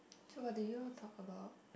so what did you all talk about